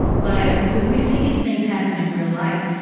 but when we see these things happen in real life,